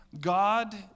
God